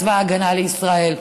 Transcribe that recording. צבא ההגנה לישראל.